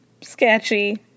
sketchy